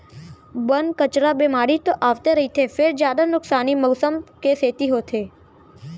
बन, कचरा, बेमारी तो आवते रहिथे फेर जादा नुकसानी मउसम के सेती होथे